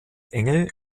engel